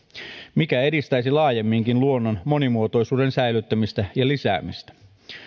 mikä edistäisi laajemminkin luonnon monimuotoisuuden säilyttämistä ja lisäämistä